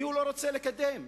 מי לא רוצה לקדם.